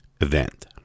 event